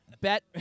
bet